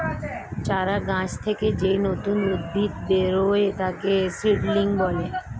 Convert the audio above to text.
চারা গাছ থেকে যেই নতুন উদ্ভিদ বেরোয় তাকে সিডলিং বলে